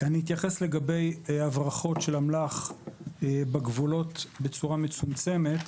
אני אתייחס להברחות של אמל"ח בגבולות בצורה מצומצמת,